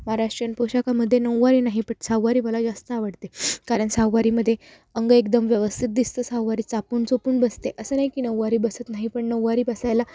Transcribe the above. महाराष्ट्रीयन पोशाखामध्ये नऊवारी नाही पण सहावारी मला जास्त आवडते कारण सहावारीमध्ये अंग एकदम व्यवस्थित दिसतं सहावारी चापून चोपून बसते असं नाही की नऊवारी बसत नाही पण नऊवारी बसायला